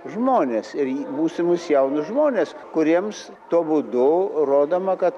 žmones ir į būsimus jaunus žmones kuriems tuo būdu rodoma kad